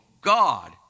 God